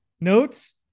Notes